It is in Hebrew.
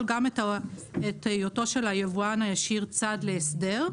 את היותו של היבואן הישיר צד להסדר,